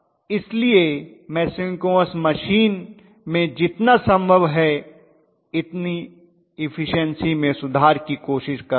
इसलिए मैं synchronous machine में जितना संभव है इतना इफिशन्सी में सुधार की कोशिश करूंगा